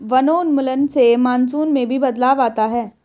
वनोन्मूलन से मानसून में भी बदलाव आता है